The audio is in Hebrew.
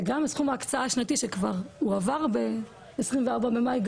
וגם סכום ההקצאה השנתי שכבר הועבר ב-24 במאי,